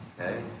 Okay